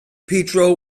pietro